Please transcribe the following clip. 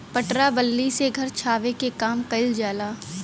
पटरा बल्ली से घर छावे के काम कइल जाला